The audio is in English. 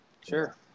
sure